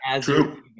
True